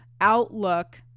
outlook